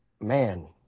man